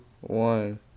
one